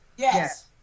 Yes